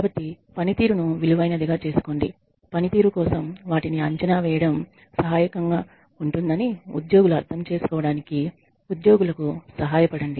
కాబట్టి పనితీరును విలువైనదిగా చేసుకోండి పనితీరు కోసం వాటిని అంచనా వేయడం సహాయకరంగా ఉంటుందని ఉద్యోగులు అర్థం చేసుకోవడానికి ఉద్యోగులకు సహాయపడండి